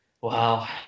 Wow